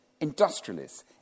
industrialists